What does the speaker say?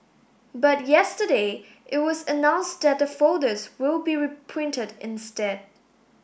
but yesterday it was announced that the folders will be reprinted instead